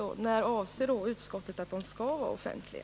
I vilka frågor anser utskottet att förhandlingarna skall vara offentliga?